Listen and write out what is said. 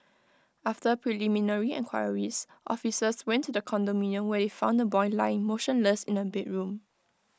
after preliminary enquiries officers went to the condominium where IT found the boy lying motionless in A bedroom